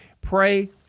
pray